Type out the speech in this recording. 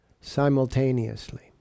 simultaneously